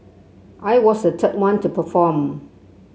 I was the third one to perform